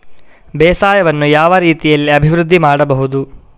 ಬೇಸಾಯವನ್ನು ಯಾವ ರೀತಿಯಲ್ಲಿ ಅಭಿವೃದ್ಧಿ ಮಾಡಬಹುದು?